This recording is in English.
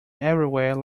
everywhere